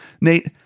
Nate